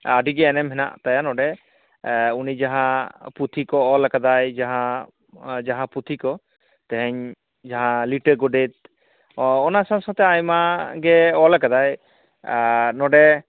ᱟᱹᱰᱤ ᱜᱮ ᱮᱱᱮᱢ ᱦᱮᱱᱟᱜ ᱛᱟᱭᱟ ᱱᱚᱰᱮ ᱩᱱᱤ ᱡᱟᱦᱟᱸ ᱯᱩᱛᱷᱤ ᱠᱚ ᱚᱞ ᱟᱠᱟᱫᱟᱭ ᱡᱟᱦᱟᱸ ᱡᱟᱦᱟᱸ ᱯᱩᱛᱷᱤ ᱠᱚ ᱛᱮᱦᱮᱧ ᱡᱟᱦᱟᱸ ᱞᱤᱴᱟᱹ ᱜᱚᱸᱰᱮᱛ ᱚ ᱚᱱᱟ ᱥᱟᱶ ᱥᱟᱶᱛᱮ ᱟᱭᱢᱟᱜᱮ ᱚᱞ ᱟᱠᱟᱫᱟᱭ ᱱᱚᱰᱮ